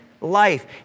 life